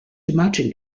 imagine